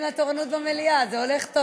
התרבות והספורט להכנה לקריאה שנייה ושלישית.